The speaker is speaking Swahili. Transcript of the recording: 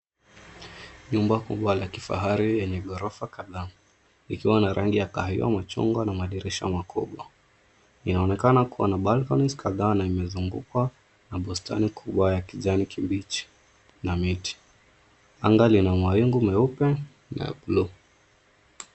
Nyumba kubwa la kifahari lenye ghorofa kadhaa, ikiwa na rangi ya kahawia machungwa na madirisha makubwa. Inaonekana kuwa na balconies kadhaa na imezungukwa na bustani kubwa ya kijani kibichi na miti. Anga lina mawingu meupe na buluu.